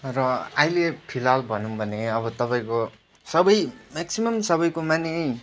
र अहिले फिलहाल भनौँ भने अब तपाईँको सबै मेक्सिमम सबैकोमा नै